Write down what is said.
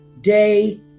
day